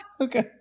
Okay